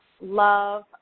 love